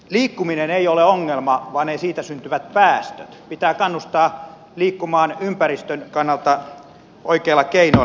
liikkuminen ei ole ongelma vaan ne siitä syntyvät päästöt pitää kannustaa liikkumaan ympäristön kannalta oikeilla keinoilla